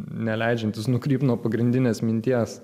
neleidžiantis nukrypt nuo pagrindinės minties